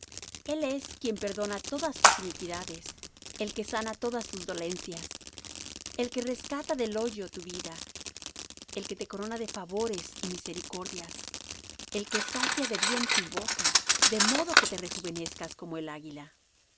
el es quien perdona todas tus iniquidades el que sana todas tus dolencias el que rescata del hoyo tu vida el que te corona de favores y misericordias el que sacia de bien tu boca de modo que te rejuvenezcas como el águila